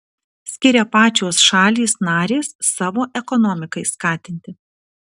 skiria pačios šalys narės savo ekonomikai skatinti